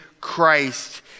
Christ